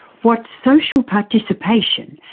what social participation,